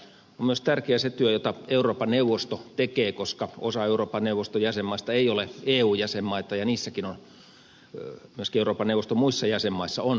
on myös tärkeää se työ jota euroopan neuvosto tekee koska osa euroopan neuvoston jäsenmaista ei ole eun jäsenmaita ja myöskin euroopan neuvoston muissa jäsenmaissa on romaniongelmia